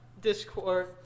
Discord